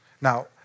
Now